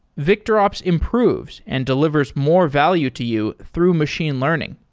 victorops improves and delivers more value to you through machine learning.